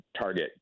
target